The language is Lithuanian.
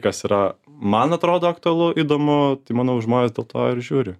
kas yra man atrodo aktualu įdomu tai manau žmonės dėl to ir žiūri